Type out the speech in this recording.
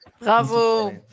bravo